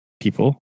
people